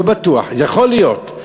לא בטוח, יכול להיות.